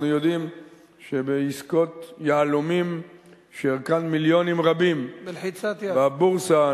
אנחנו יודעים שבעסקאות יהלומים שערכן מיליונים רבים בבורסה,